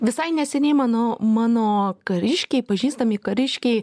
visai neseniai mano mano kariškiai pažįstami kariškiai